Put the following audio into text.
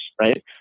right